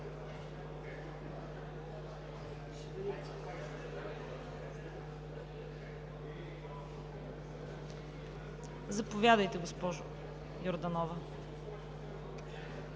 Заповядайте, госпожо Йорданова.